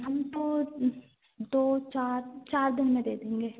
हम तो दो चार चार दिन में दे देंगे